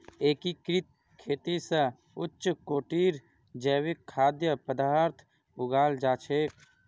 एकीकृत खेती स उच्च कोटिर जैविक खाद्य पद्दार्थ उगाल जा छेक